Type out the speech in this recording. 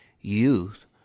youth